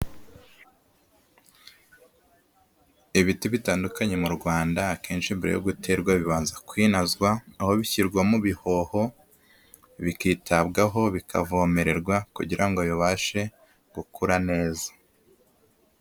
Ibiti bitandukanye mu Rwanda, akenshi mbere yo guterwa bibanza kwinazwa, aho bishyirwamo bihoho bikitabwaho bikavomererwa kugira ngo bibashe gukura neza.